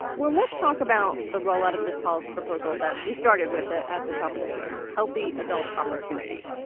well, let's talk about the rollout of this policy proposal that we started with. ah at the top of the show, healthy adult opportunity